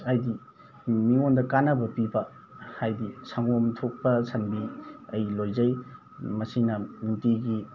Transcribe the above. ꯍꯥꯏꯗꯤ ꯃꯤꯉꯣꯟꯗ ꯀꯥꯅꯕ ꯄꯤꯕ ꯍꯥꯏꯗꯤ ꯁꯪꯒꯣꯝ ꯊꯣꯛꯄ ꯁꯟꯕꯤ ꯑꯩ ꯂꯣꯏꯖꯩ ꯃꯁꯤꯅ ꯅꯨꯡꯇꯤꯒꯤ